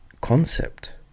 concept